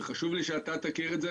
וחשוב לי שאתה תכיר את זה.